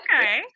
Okay